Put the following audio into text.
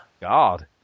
God